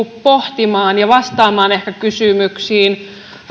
pohtimaan ja vastaamaan ehkä kysymyksiin